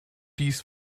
dies